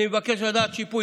אני מבקש לדעת על שיפוי.